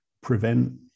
prevent